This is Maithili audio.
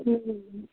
हूँ